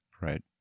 Right